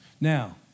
Now